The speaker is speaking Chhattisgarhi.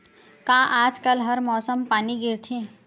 का आज कल हर मौसम पानी गिरथे?